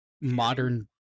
modern